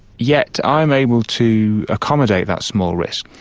yet i am able to accommodate that small risk.